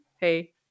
hey